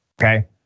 okay